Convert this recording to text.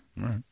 right